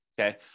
okay